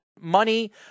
money